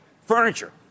Furniture